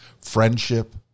Friendship